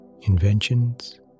inventions